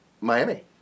Miami